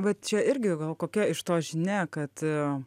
va čia irgi gal kokia iš to žinia kad